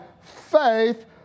faith